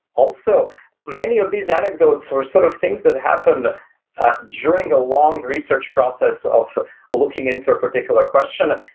also, many of these anecdotes were sort of things that happened ah during a long research process of looking into a particular question.